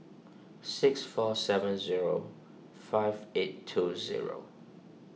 six four seven zero five eight two zero